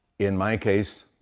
in my case,